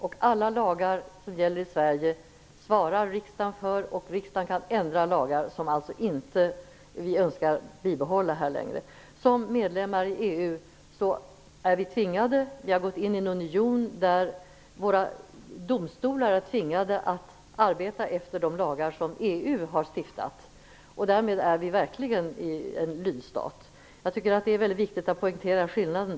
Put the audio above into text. Riksdagen svarar för alla lagar som gäller i Sverige, och riksdagen kan ändra lagar som vi inte önskar bibehålla. Som medlemmar i EU har vi gått in i en union där våra domstolar är tvingade att arbeta efter de lagar som EU har stiftat. Därmed är vi verkligen en lydstat. Jag tycker att det är väldigt viktigt att poängtera skillnaden.